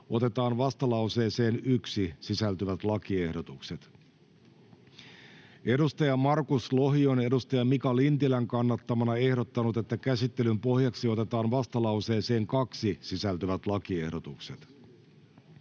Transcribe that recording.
otetaan vastalauseeseen 2 sisältyvät lakiehdotukset. Edustaja Krista Mikkonen on edustaja Inka Hopsun kannattamana ehdottanut, että käsittelyn pohjaksi otetaan vastalauseeseen 3 sisältyvät lakiehdotukset.